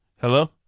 Hello